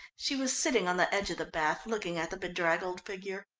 she was sitting on the edge of the bath looking at the bedraggled figure.